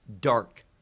dark